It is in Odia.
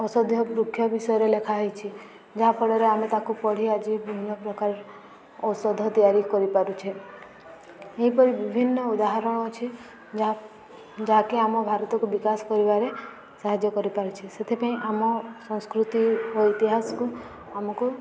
ଔଷଧୀୟ ବୃକ୍ଷ ବିଷୟରେ ଲେଖା ହେଇଛି ଯାହାଫଳରେ ଆମେ ତାକୁ ପଢ଼ି ଆଜି ବିଭିନ୍ନ ପ୍ରକାର ଔଷଧ ତିଆରି କରିପାରୁଛେ ଏହିପରି ବିଭିନ୍ନ ଉଦାହରଣ ଅଛି ଯାହା ଯାହାକି ଆମ ଭାରତକୁ ବିକାଶ କରିବାରେ ସାହାଯ୍ୟ କରିପାରୁଛି ସେଥିପାଇଁ ଆମ ସଂସ୍କୃତି ଓ ଇତିହାସକୁ ଆମକୁ